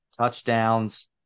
touchdowns